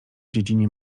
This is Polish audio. dziedzinie